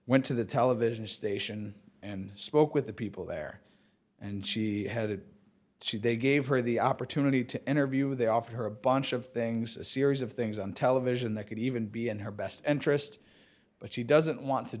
went to the television station and spoke with the people there and she had it she they gave her the opportunity to interview they offered her a bunch of things a series of things on television that could even be in her best interest but she doesn't want to